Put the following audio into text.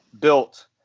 built